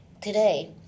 today